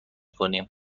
کنیم